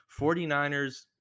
49ers